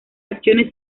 acciones